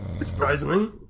Surprisingly